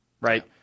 right